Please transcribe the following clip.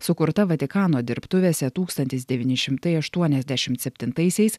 sukurta vatikano dirbtuvėse tūkstantis devyni šimtai aštuoniasdešimt septintaisiais